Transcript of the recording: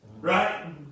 Right